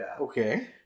Okay